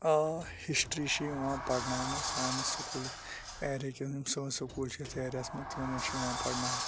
آ ہِشٹری چھِ یِوان پَرناونہٕ سانہٕ سکوٗلہٕ ایریچَن یِم سٲنۍ سکوٗل چھ یَتھ ایریَہَس مَنٛز تِمَن مَنٛز چھِ یِوان پَرناونہٕ